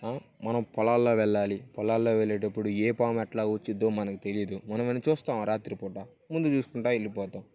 మనం పొలాల్లో వెళ్ళాలి పొలాల్లో వెళ్లేటప్పుడు ఏ పాము ఎట్లా వస్తుందో మనకి తెలీయదు మనం ఏమైనా చూస్తామా రాత్రిపూట ముందు చూసుకుంటూ వెళ్ళిపోతాం